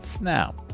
Now